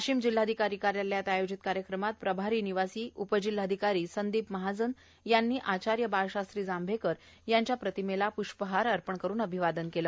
वाशिम जिल्हाधिकारी कार्यालयात आयोजित कार्यक्रमात प्रभारी निवासी उपजिल्हाधिकारी संदीप महाजन यांनी आचार्य बाळशास्त्री जांभेकर यांच्या प्रतिमेला पुष्पहार अर्पण करून अभिवादन केले